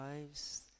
lives